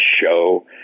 show